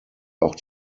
auch